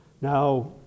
Now